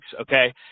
okay